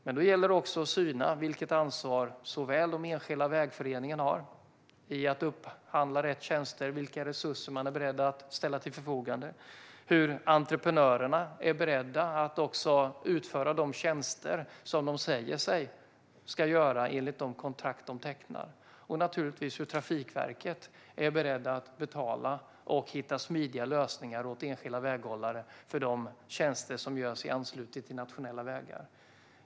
Men då gäller det också att syna vilket ansvar som de enskilda vägföreningarna har när det gäller att upphandla rätt tjänster och vilka resurser de är beredda att ställa till förfogande, hur entreprenörerna är beredda att också utföra de tjänster som de säger att de ska utföra enligt de kontrakt som de tecknar och naturligtvis hur Trafikverket är beredda att betala och hitta smidiga lösningar för enskilda väghållare för de tjänster som utförs i anslutning till nationella vägar.